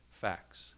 facts